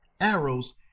arrows